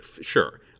sure